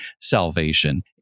salvation